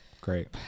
Great